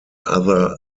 other